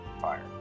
fire